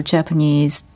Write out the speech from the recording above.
Japanese